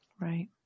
Right